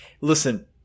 listen